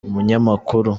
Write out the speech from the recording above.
umunyamakuru